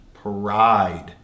pride